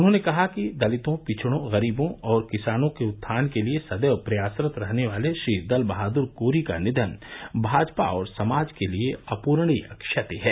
उन्होंने कहा कि दलितों पिछड़ों गरीवों और किसानों के उत्थान के लिये सदैव प्रयासरत रहने वाले श्री दल बहादुर कोरी का निधन भाजपा और समाज के लिये अपूरणीय क्षति है